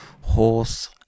Horse